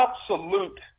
absolute